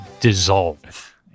dissolve